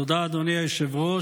תודה, אדוני היושב-ראש.